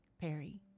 Perry